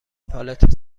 پالت